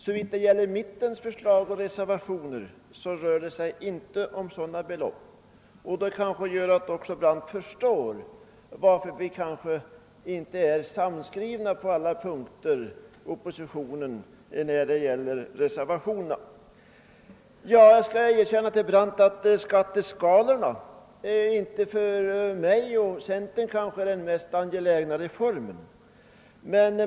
När det gäller mittenpartiernas förslag och reservationer rör det sig inte om sådana belopp. Men nu kanske herr Brandt förstår varför vi inom oppositionen inte är sammanskrivna på alla punkter i reservationerna. Jag skall erkänna att förändringen av skatteskalorna för mig och för centerpartiet inte är den mest angelägna reformen.